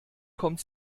kommt